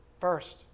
first